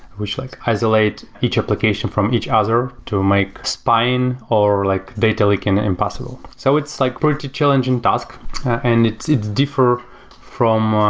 which like isolate each application from each other to make spine or like data leaking impossible. so it's like a pretty challenging task and it differ from, ah